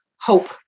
hope